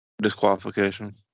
disqualification